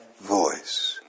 voice